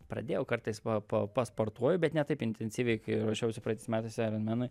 pradėjau kartais pa pa pasportuoju bet ne taip intensyviai ruošiausi praeitais metais aironmenui